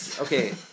Okay